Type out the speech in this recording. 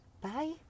Bye